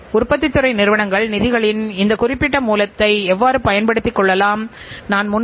உற்பத்தித் திறன் மேம்பாடு அடைவது நிறுவனத்தின் செயல்பாட்டு திறனை அதிகரிக்க உதவுகின்றது